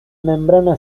membrana